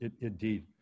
Indeed